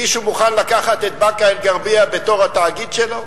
מישהו מוכן לקחת את באקה-אל-ע'רביה בתור התאגיד שלו?